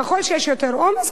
ככל שיש יותר עומס,